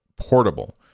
portable